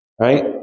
right